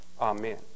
Amen